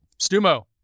Stumo